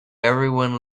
everyone